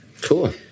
cool